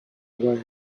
away